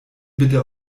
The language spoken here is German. bitte